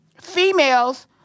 females